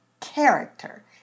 character